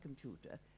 computer